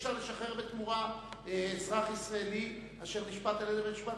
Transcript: אי-אפשר לשחרר בתמורה אזרח ישראלי אשר נשפט על-ידי בית-משפט,